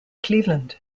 cleveland